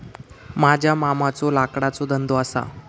माझ्या मामाचो लाकडाचो धंदो असा